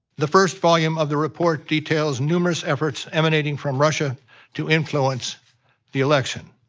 the first volume of the report details numerous efforts emanating from russia to influence the election.